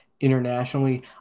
internationally